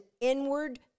inward